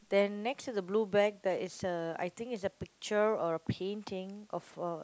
then next to the blue bag there is a I think is a picture or a painting of a